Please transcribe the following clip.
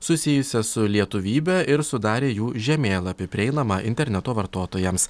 susijusias su lietuvybe ir sudarė jų žemėlapį prieinamą interneto vartotojams